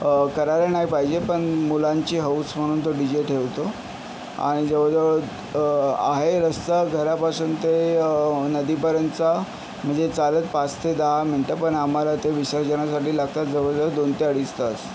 करायला नाही पाहिजे पण मुलांची हौस म्हणून तो डी जे ठेवतो आणि जवळजवळ आहे रस्ता घरापासून ते नदीपर्यंतचा म्हणजे चालत पाच ते दहा मिंट पण आम्हाला ते विसर्जनासाठी लागतात जवळजवळ दोन ते अडीच तास